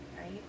right